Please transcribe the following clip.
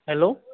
hello